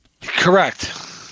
Correct